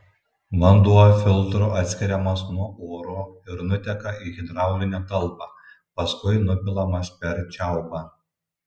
vanduo filtru atskiriamas nuo oro ir nuteka į hidraulinę talpą paskui nupilamas per čiaupą